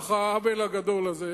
נוכח העוול הגדול הזה,